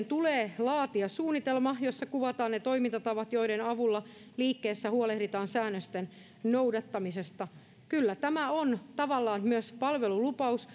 tulee laatia suunnitelma jossa kuvataan ne toimintatavat joiden avulla liikkeessä huolehditaan säännösten noudattamisesta kyllä tämä on tavallaan myös palvelulupaus